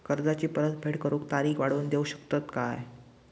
कर्जाची परत फेड करूक तारीख वाढवून देऊ शकतत काय?